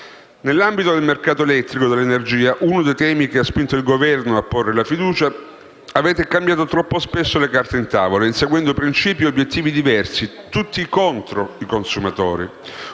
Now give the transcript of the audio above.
Nell'ambito del mercato elettrico dell'energia, uno dei temi che ha spinto il Governo a porre la fiducia, avete cambiato troppo spesso le carte in tavola, inseguendo principi e obiettivi diversi, tutti contro i consumatori.